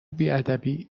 بیادبی